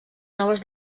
noves